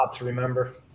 remember